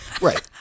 Right